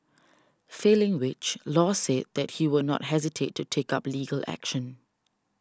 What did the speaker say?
failing which Law said that he would not hesitate to take up legal action